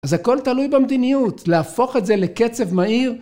אז הכל תלוי במדיניות, להפוך את זה לקצב מהיר.